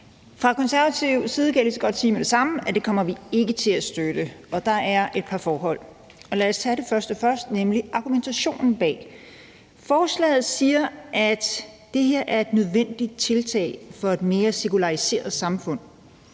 Fra konservativ side kan jeg lige så godt sige med det samme, at det kommer vi ikke til at støtte, og der er et par forhold. Lad os tage det første først, nemlig argumentation bag. Der står i forslaget, at det her er et nødvendigt tiltag for at få et mere sekulariseret samfund.